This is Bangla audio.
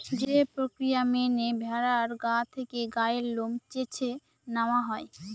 যে প্রক্রিয়া মেনে ভেড়ার গা থেকে গায়ের লোম চেঁছে নেওয়া হয়